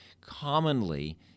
commonly